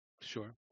Sure